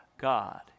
God